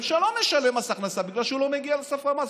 שלא משלם מס הכנסה בגלל שהוא לא מגיע לסף המס,